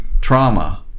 trauma